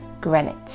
Greenwich